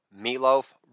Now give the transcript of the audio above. Meatloaf